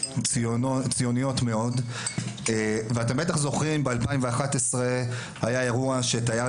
ציוניות מאוד ואתם בטח זוכרים ב-2011 היה אירוע שתייר